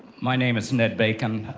my name is ned bacon.